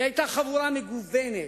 היא היתה חבורה מגוונת,